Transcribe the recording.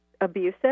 abusive